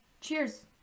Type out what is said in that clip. Cheers